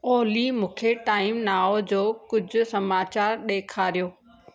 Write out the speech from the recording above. ओली मूंखे Time Now जो कुझु समाचारि ॾेखारियो